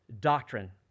doctrine